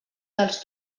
dels